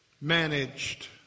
managed